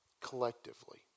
collectively